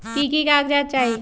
की की कागज़ात चाही?